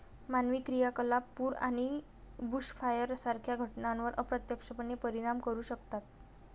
मानवी क्रियाकलाप पूर आणि बुशफायर सारख्या घटनांवर अप्रत्यक्षपणे परिणाम करू शकतात